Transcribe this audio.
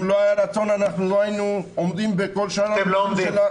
אם לא היה רצון לא היינו עומדים בכל שאר הדברים.